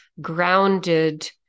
grounded